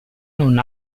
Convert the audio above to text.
non